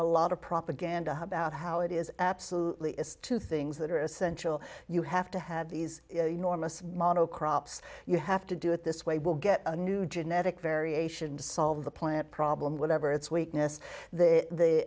a lot of propaganda about how it is absolutely is two things that are essential you have to have these enormous mano crops you have to do it this way we'll get a new genetic variation to solve the plant problem whatever it's weakness and the othe